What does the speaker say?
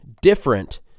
different